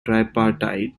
tripartite